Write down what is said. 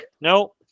No